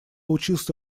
учился